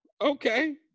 okay